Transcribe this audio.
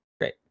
Great